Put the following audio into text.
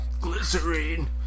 Glycerine